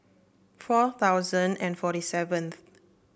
four thousand and forty seventh